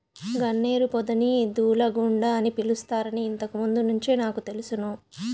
గన్నేరు పొదని దూలగుండ అని పిలుస్తారని ఇంతకు ముందు నుంచే నాకు తెలుసును